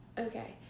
Okay